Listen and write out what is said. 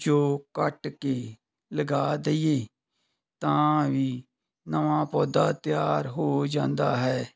ਜੋ ਕੱਟ ਕੇ ਲਗਾ ਦਈਏ ਤਾਂ ਵੀ ਨਵਾਂ ਪੌਦਾ ਤਿਆਰ ਹੋ ਜਾਂਦਾ ਹੈ